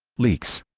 leaks